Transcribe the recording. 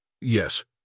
yes